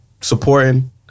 supporting